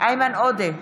איימן עודה,